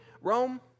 Rome